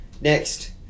Next